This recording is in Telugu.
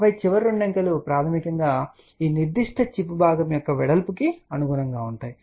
ఆపై చివరి రెండు అంకెలు ప్రాథమికంగా ఈ నిర్దిష్ట చిప్ భాగం యొక్క వెడల్పుకు అనుగుణంగా ఉంటాయి